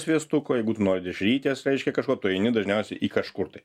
sviestuko jeigu tu nori dešrytės reiškia kažko tai tu eini dažniausiai į kažkur tai